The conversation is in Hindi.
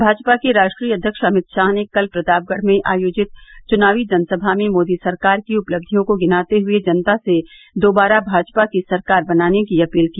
भाजपा के राष्ट्रीय अध्यक्ष अमित शाह ने कल प्रतापगढ़ में आयोजित चुनावी जनसभा में मोदी सरकार की उपलक्षियों को गिनाते हुए जनता से दोबारा भाजपा की सरकार बनाने की अपील की